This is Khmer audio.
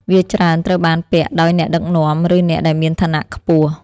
វាច្រើនត្រូវបានពាក់ដោយអ្នកដឹកនាំ ឬអ្នកដែលមានឋានៈខ្ពស់។